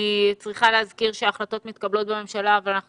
אני צריכה להזכיר שההחלטות מתקבלות בממשלה אבל אנחנו